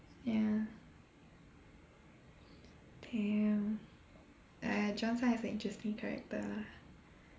ya damn !aiya! Johnson has an interesting character lah